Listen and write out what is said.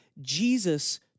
Jesus